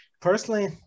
Personally